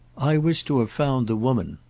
i was to have found the woman.